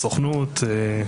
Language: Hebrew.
הסוכנות,